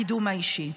הקידום האישי.